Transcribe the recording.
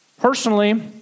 Personally